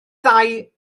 ddau